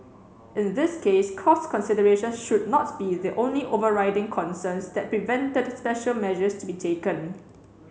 in this case cost considerations should not be the only overriding concerns that prevented special measures to be taken